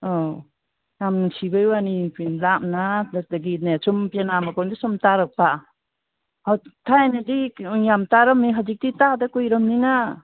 ꯑꯧ ꯌꯥꯝ ꯅꯨꯡꯁꯤꯕꯩ ꯋꯥꯅꯤ ꯂꯥꯞꯅ ꯁꯨꯝ ꯄꯦꯅꯥ ꯃꯈꯣꯜꯁꯦ ꯁꯨꯝ ꯇꯥꯔꯛꯄ ꯊꯥꯏꯅꯗꯤ ꯌꯥꯝ ꯇꯥꯔꯝꯃꯤ ꯍꯧꯖꯤꯛꯇꯤ ꯇꯥꯗ ꯀꯨꯏꯔꯕꯅꯤꯅ